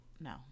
No